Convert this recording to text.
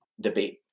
debate